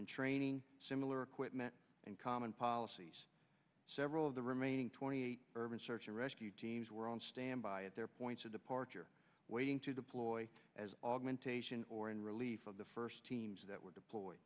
in training similar equipment and common policies several of the remaining twenty eight urban search and rescue teams were on standby at their points of departure waiting to deploy as augmentation or in relief of the first teams that were deployed